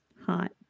Hot